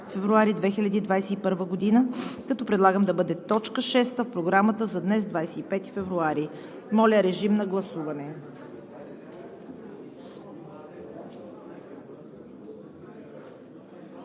февруари 2021 г. Предлагам да бъде точка шеста от Програмата за днес 25 февруари. Моля, режим на гласуване.